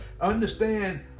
understand